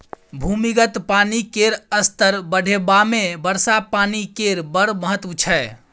भूमिगत पानि केर स्तर बढ़ेबामे वर्षा पानि केर बड़ महत्त्व छै